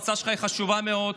ההצעה שלך היא חשובה מאוד.